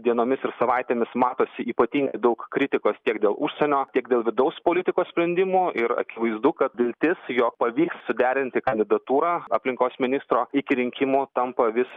dienomis ir savaitėmis matosi ypatingai daug kritikos tiek dėl užsienio tiek dėl vidaus politikos sprendimų ir akivaizdu kad viltis jog pavyks suderinti kandidatūrą aplinkos ministro iki rinkimų tampa vis